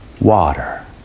water